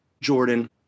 Jordan